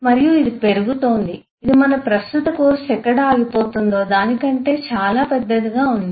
మరియు ఇది పెరుగుతోంది ఇది మన ప్రస్తుత కోర్సు ఎక్కడ ఆగిపోతుందో దాని కంటే చాలా పెద్దదిగా ఉంది